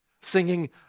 Singing